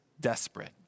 desperate